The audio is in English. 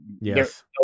Yes